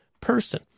person